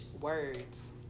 words